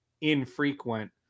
infrequent